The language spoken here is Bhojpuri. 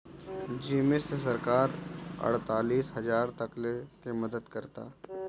जेमे से सरकार अड़तालीस हजार तकले के मदद करता